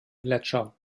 gletscher